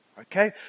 Okay